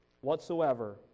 whatsoever